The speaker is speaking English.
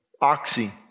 oxy